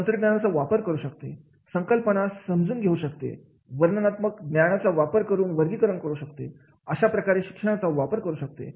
तंत्रज्ञानाचा वापर करू शकते संकल्पना समजून घेऊ शकते वर्णनात्मक ज्ञानाचा वापर करून वर्गीकरण करू शकते अशा प्रकारे शिक्षणाचा वापर करू शकते